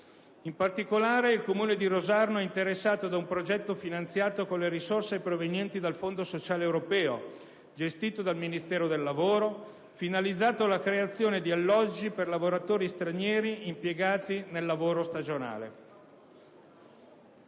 In particolare, il Comune di Rosarno è interessato ad un progetto finanziato con le risorse provenienti dal Fondo sociale europeo, gestito dal Ministero del lavoro, finalizzato alla creazione di alloggi per lavoratori stranieri impiegati nel lavoro stagionale.